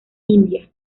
india